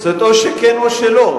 זה או שכן או שלא.